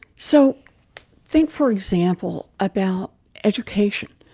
so think, for example, about education.